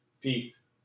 Peace